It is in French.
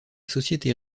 société